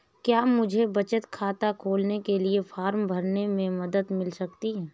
क्या मुझे बचत खाता खोलने के लिए फॉर्म भरने में मदद मिल सकती है?